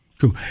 Cool